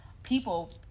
people